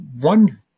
one